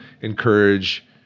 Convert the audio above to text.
encourage